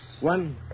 One